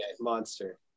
Monster